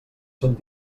són